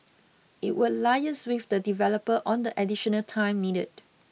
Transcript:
it will liaise with the developer on the additional time needed